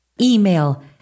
email